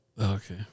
Okay